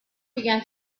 began